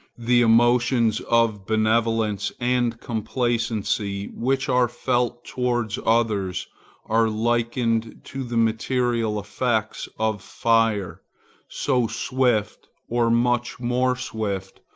the emotions of benevolence and complacency which are felt towards others are likened to the material effects of fire so swift, or much more swift,